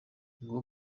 nguwo